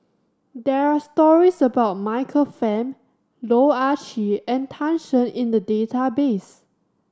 there are stories about Michael Fam Loh Ah Chee and Tan Shen in the database